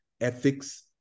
ethics